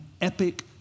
epic